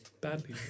badly